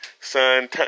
son